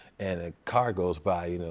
and a car goes by, you know,